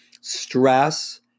Stress